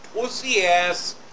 pussy-ass